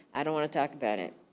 i don't wanna talk about it.